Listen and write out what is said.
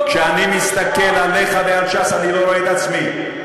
כשאני מסתכל עליך ועל ש"ס אני רואה את עצמי.